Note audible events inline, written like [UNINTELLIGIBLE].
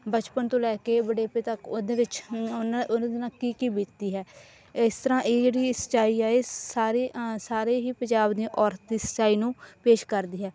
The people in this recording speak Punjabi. ਬਚਪਨ ਤੋਂ ਲੈ ਕੇ ਬੁਢੇਪੇ ਤੱਕ ਉਹਦੇ ਵਿੱਚ [UNINTELLIGIBLE] ਉਹਦੇ ਨਾਲ ਕੀ ਕੀ ਬੀਤੀ ਹੈ ਇਸ ਤਰ੍ਹਾਂ ਇਹ ਜਿਹੜੀ ਸੱਚਾਈ ਆ ਇਹ ਸਾਰੀ ਸਾਰੇ ਹੀ ਪੰਜਾਬ ਦੀਆਂ ਔਰਤ ਦੀ ਸੱਚਾਈ ਨੂੰ ਪੇਸ਼ ਕਰਦੀ ਹੈ